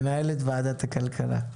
מנהלת ועדת הכלכלה.